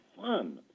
fun